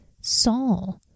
Saul